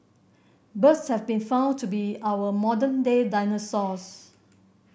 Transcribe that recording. birds have been found to be our modern day dinosaurs